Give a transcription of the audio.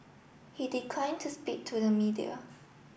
he declined to speak to the media